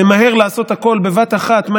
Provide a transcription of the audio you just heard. ממהר לעשות הכול בבת אחת,